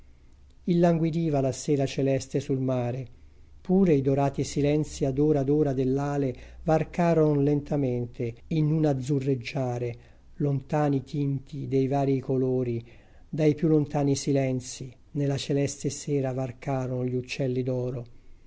illanguidiva la sera celeste sul mare pure i dorati silenzii ad ora ad ora dell'ale varcaron lentamente in un azzurreggiare lontani tinti dei varii colori dai più lontani silenzii ne la celeste sera varcaron gli uccelli